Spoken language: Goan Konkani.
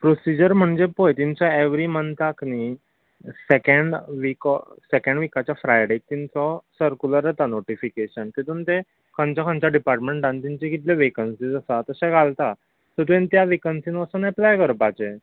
प्रोसिजर म्हणजे पळय तांचो एवरी मन्ताक न्ही सेकँड वीक ऑफ सेकँड विकाच्या फ्रायडेक तेंचो सरकुलर येता नोटिफिकेशन तेतून ते खंयच्या खंयच्या डिपार्टमेंटान तेंच्यो कितल्यो वेकंसीस आसात तशे घालतात सो तुवें त्या वेकंन्सीन वचून अप्लाय करपाचें